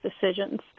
decisions